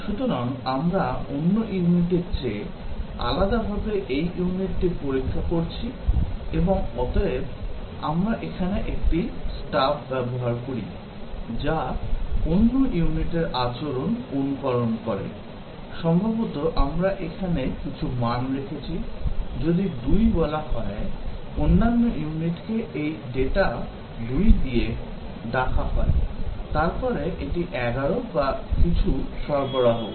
সুতরাং আমরা অন্য ইউনিটের চেয়ে আলাদাভাবে এই ইউনিটটি পরীক্ষা করছি এবং অতএব আমরা এখানে একটি স্টাব ব্যবহার করি যা অন্য ইউনিটের আচরণ অনুকরণ করে সম্ভবত আমরা এখানে কিছু মান রেখেছি যদি 2 বলা হয় অন্যান্য ইউনিটকে এই ডেটা 2 দিয়ে ডাকা হয় তারপরে এটি 11 বা কিছু সরবরাহ করে